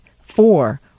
four